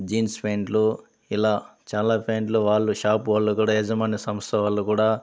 jeans ఫ్యాంట్లు ఇలా చాలా ఫ్యాంట్లు వాళ్ళు షాపు వాళ్ళు కూడ యజమాని సంస్థ వాళ్ళు కూడ